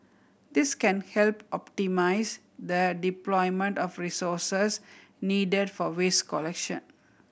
this can help optimise the deployment of resources needed for waste collection